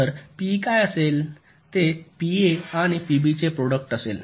तर पीई काय असेल ते पीए आणि पीबीचे प्रॉडक्ट असेल